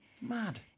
Mad